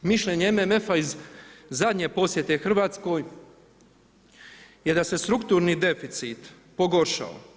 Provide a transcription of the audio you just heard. Mišljenje MMF-a iz zadnje posjete Hrvatskoj je da se strukturni deficit pogoršao.